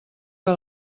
que